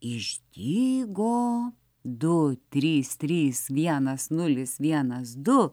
išdygo du trys trys vienas nulis vienas du